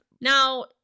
Now